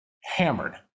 hammered